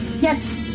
Yes